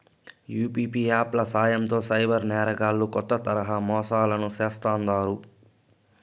UPI app ల సాయంతో cyber నేరగాల్లు కొత్త తరహా మోసాలను చేస్తాండారు